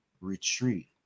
Retreat